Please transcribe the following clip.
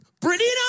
Brittany